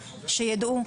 שידעו,